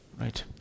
Right